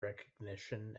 recognition